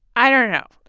i don't know.